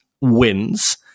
wins